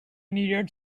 needed